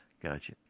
gotcha